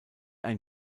ein